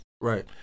right